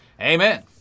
Amen